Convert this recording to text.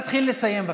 תתחיל לסיים,